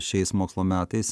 šiais mokslo metais